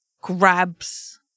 grabs